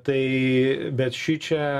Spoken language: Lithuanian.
tai bet šičia